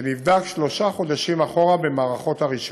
ונבדק שלושה חודשים אחורה במערכות הרישוי.